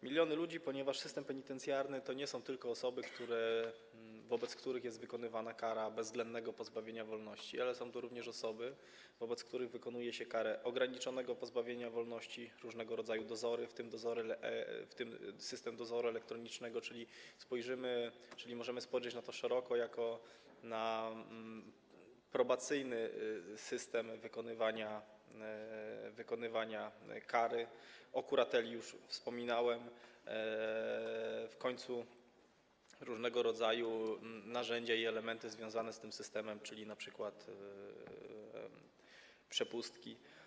Miliony ludzi, ponieważ system penitencjarny to są nie tylko osoby, wobec których jest wykonywana kara bezwzględnego pozbawienia wolności, ale to są również osoby, wobec których wykonuje się karę ograniczonego pozbawienia wolności, stosuje różnego rodzaju dozory, w tym system dozoru elektronicznego - czyli możemy spojrzeć na niego szeroko jako na probacyjny system wykonywania kary - o kurateli już wspominałem, w końcu różnego rodzaju narzędzia i elementy związane z tym systemem, czyli np. przepustki.